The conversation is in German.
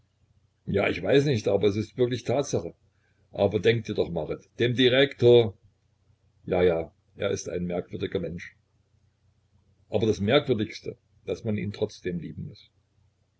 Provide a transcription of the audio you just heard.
ja ich weiß nicht aber es ist wirklich tatsache aber denk dir doch marit dem direktor ja ja er ist ein merkwürdiger mensch aber das merkwürdigste daß man ihn trotzdem lieben muß